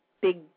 big